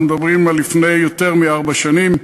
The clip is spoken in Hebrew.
אנחנו מדברים על לפני יותר מארבע שנים.